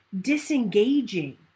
disengaging